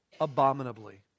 abominably